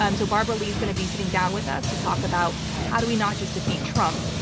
um so barbara lee is going to be sitting down with us to talk about how do we not just defeat trump,